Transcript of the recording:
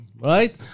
Right